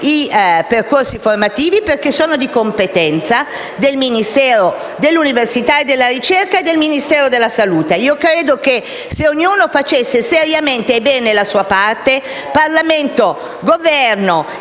i percorsi formativi perché sono di competenza del Ministero dell'istruzione, dell'università e della ricerca e del Ministero della salute. Credo che, se ognuno facesse seriamente e bene la sua parte (Parlamento, Governo